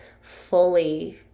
fully